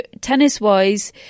tennis-wise